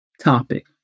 topic